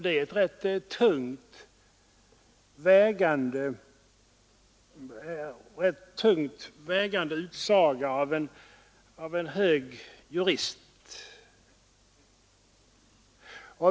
Det är en tungt vägande utsaga av en hög jurist.